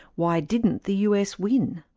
why didn't the us win?